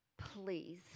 please